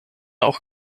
auch